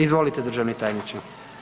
Izvolite državni tajniče.